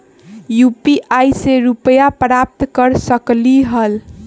UPI से रुपए प्राप्त कर सकलीहल?